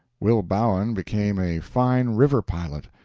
will bowen became a fine river-pilot.